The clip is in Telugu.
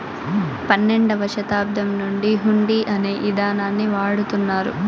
పన్నెండవ శతాబ్దం నుండి హుండీ అనే ఇదానాన్ని వాడుతున్నారు